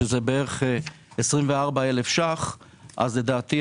שזה בערך 24,000 ₪,